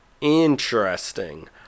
Interesting